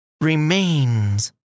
remains